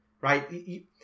right